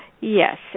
yes